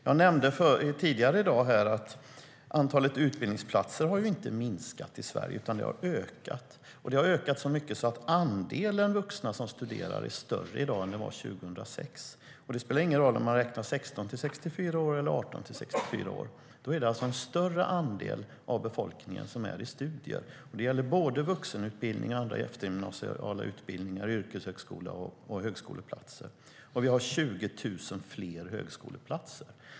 Jag nämnde tidigare i dag att antalet utbildningsplatser i Sverige inte har minskat utan ökat. De har ökat så mycket att andelen vuxna som studerar är större i dag än den var 2006. Det spelar ingen roll om man räknar 16-64 år eller 18-64 år; det är en större andel av befolkningen som är i studier. Det gäller både vuxenutbildning och andra eftergymnasiala utbildningar, som yrkeshögskola och högskoleplatser. Vi har också 20 000 fler högskoleplatser.